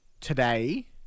today